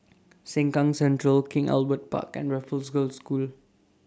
Sengkang Central King Albert Park and Raffles Girls' School